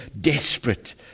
desperate